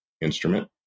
instrument